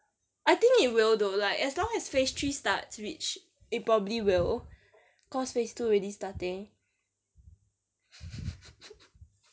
I think it will though like as long as phase three starts which it probably will cause phase two already starting